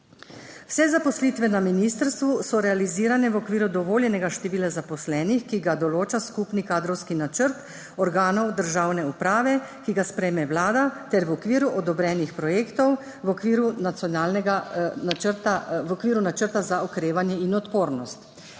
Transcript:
Vse zaposlitve na ministrstvu so realizirane v okviru dovoljenega števila zaposlenih, ki ga določa skupni kadrovski načrt organov državne uprave, ki ga sprejme vlada ter v okviru odobrenih projektov v okviru načrta za okrevanje in odpornost,